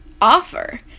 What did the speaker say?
offer